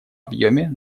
объеме